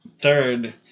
third